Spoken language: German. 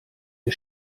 mir